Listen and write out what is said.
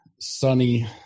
sunny